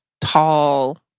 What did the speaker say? tall